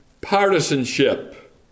partisanship